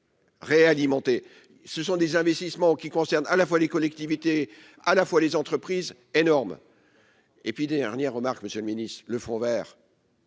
réalimenté ce sont des investissements qui concerne à la fois les collectivités à la fois les entreprises énorme et puis dernière remarque, Monsieur le Ministre le Front Vert.